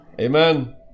Amen